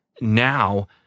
now